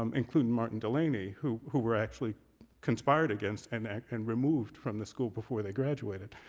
um including martin delaney, who who were actually conspired against and and removed from the school before they graduated.